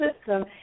system